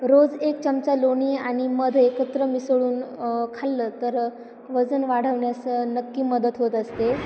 रोज एक चमचा लोणी आणि मध एकत्र मिसळून खाल्लं तर वजन वाढवण्यास नक्की मदत होत असते